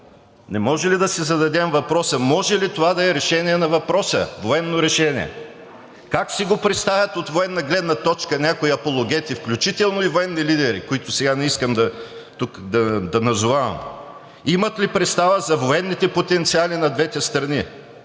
Не може ли да си зададем въпроса: може ли това да е решение на въпроса, военно решение? Как си го представят от военна гледна точка някои апологети, включително и военни лидери, които не искам сега да назовавам? Имат ли представа за военните потенциали на двете страни